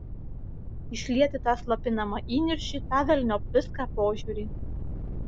išlieti tą slopinamą įniršį tą velniop viską požiūrį